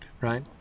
right